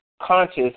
conscious